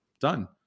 done